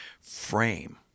frame